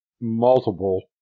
multiple